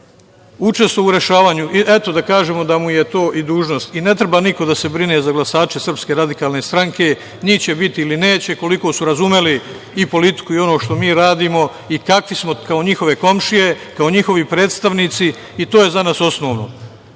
učestvovao u rešavanju. Eto, da kažemo da mu je to i dužnost.I ne treba niko da se brine za glasače SRS, njih će biti ili neće, koliko su razumeli i politiku i ono što mi radimo i kakvi smo kao njihove komšije, kao njihovi predstavnici, i to je za nas osnovno.